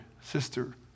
sister